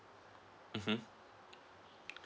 mmhmm